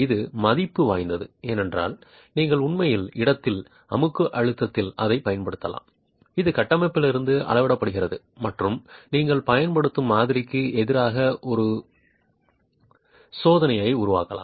இது மதிப்பு வாய்ந்தது ஏனென்றால் நீங்கள் உண்மையில் இடத்தில் அமுக்க அழுத்தத்தில் அதைப் பயன்படுத்தலாம் இது கட்டமைப்பிலிருந்து அளவிடப்படுகிறது மற்றும் நீங்கள் பயன்படுத்தும் மாதிரிக்கு எதிராக ஒரு காசோலையை உருவாக்கலாம்